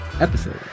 episode